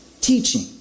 teaching